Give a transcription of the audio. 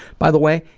by the way,